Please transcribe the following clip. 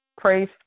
praise